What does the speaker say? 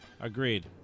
Agreed